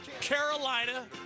Carolina